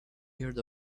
heard